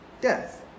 Death